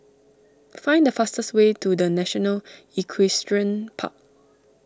find the fastest way to the National Equestrian Park